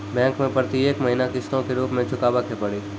Bank मैं प्रेतियेक महीना किस्तो के रूप मे चुकाबै के पड़ी?